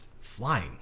flying